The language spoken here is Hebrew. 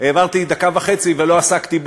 אני אראה להם מה אני מסוגל.